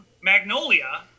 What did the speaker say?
magnolia